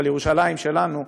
על ירושלים שלנו,